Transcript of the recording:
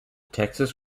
texas